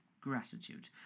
gratitude